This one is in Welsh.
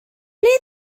ble